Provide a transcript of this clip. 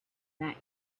that